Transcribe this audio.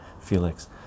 Felix